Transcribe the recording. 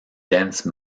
dense